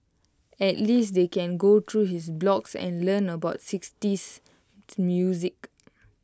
at least they can go through his blogs and learn about sixties music